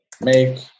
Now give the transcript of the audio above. make